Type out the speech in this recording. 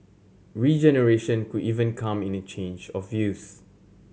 regeneration could even come in a change of use